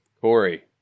Corey